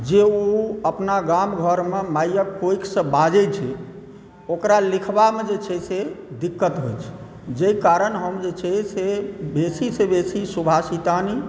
जे ओ अपना गाम घरमे मायक कोखिसॅं बाजै छै ओकरा लिखबामे जे छै से दिक़्क़त होइ छै जाहि कारण हम जे छै से बेसीसॅं बेसी सुभाषितानी